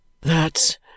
That's